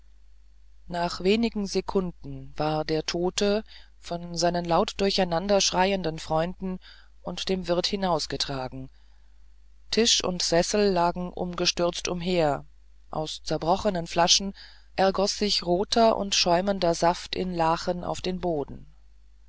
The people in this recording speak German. nach wenigen sekunden war der tote von seinen laut durcheinanderschreienden freunden und dem wirt hinausgetragen tisch und sessel lagen umgestürzt umher aus zerbrochenen flaschen ergoß sich roter und schäumender saft in lachen auf den boden